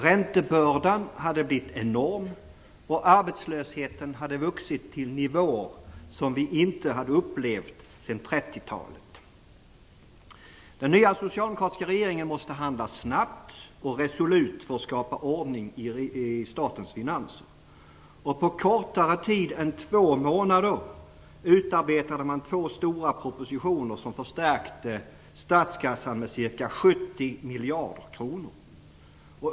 Räntebördan hade blivit enorm, och arbetslösheten hade vuxit till nivåer som vi inte hade upplevt sedan 30-talet. Den nya socialdemokratiska regeringen måste handla snabbt och resolut för att skapa ordning i statens finanser. På kortare tid än två månader utarbetade man två stora propositioner som förstärkte statskassan med ca 70 miljarder kronor.